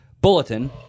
Bulletin